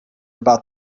about